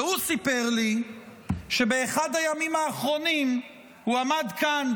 והוא סיפר לי שבאחד הימים האחרונים הוא עמד כאן,